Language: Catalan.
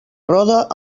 roda